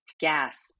gasp